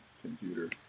computer